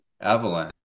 avalanche